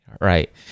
Right